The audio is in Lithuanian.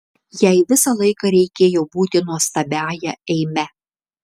jai visą laiką reikėjo būti nuostabiąja eime